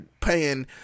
paying